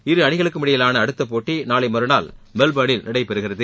இரு அணிகளுக்கும் இடையேயான அடுத்த போட்டி நாளை மறுநாள் மெல்பர்னில் நடைபெறுகிறது